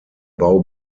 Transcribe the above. bau